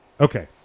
Okay